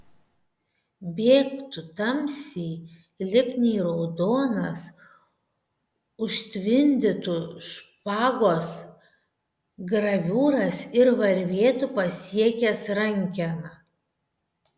bėgtų tamsiai lipniai raudonas užtvindytų špagos graviūras ir varvėtų pasiekęs rankeną